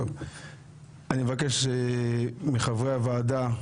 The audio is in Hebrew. אני מבקש מחברי הוועדה,